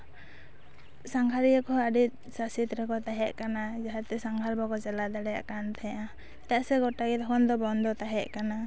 ᱥᱟᱸᱜᱷᱟᱨᱤᱭᱟᱹ ᱠᱚᱦᱚᱸ ᱟᱹᱰᱤ ᱥᱟᱥᱮᱛ ᱨᱮᱠᱚ ᱛᱟᱦᱮᱸ ᱠᱟᱱᱟ ᱡᱟᱦᱟᱸᱛᱮ ᱥᱟᱸᱜᱷᱟᱨ ᱵᱟᱠᱚ ᱪᱟᱞᱟᱣ ᱫᱟᱲᱮᱭᱟᱜ ᱠᱟᱱ ᱛᱟᱦᱮᱸᱫᱼᱟ ᱪᱮᱫᱟᱜ ᱥᱮ ᱜᱚᱴᱟ ᱜᱮ ᱛᱚᱠᱷᱚᱱ ᱫᱚ ᱵᱚᱱᱫᱚ ᱛᱟᱦᱮᱸ ᱠᱟᱱᱟ